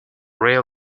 real